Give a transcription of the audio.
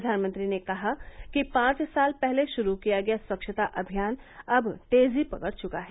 प्रधानमंत्री ने कहा कि पांच साल पहले शुरू किया गया स्वच्छता अभियान अब तेजी पकड़ चुका है